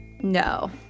No